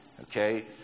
Okay